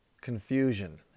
confusion